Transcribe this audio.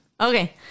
Okay